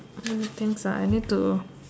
thanks ah I need to